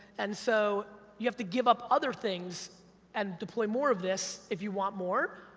and so, you have to give up other things and deploy more of this, if you want more,